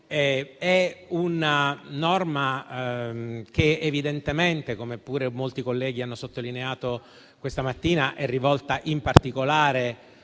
È una norma che evidentemente, come pure molti colleghi hanno sottolineato questa mattina, è rivolta in particolare